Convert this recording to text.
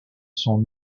son